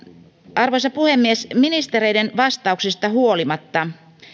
arvoisa puhemies ministereiden vastauksista huolimatta